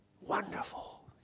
Wonderful